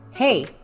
Hey